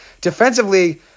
defensively